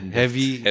heavy